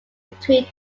between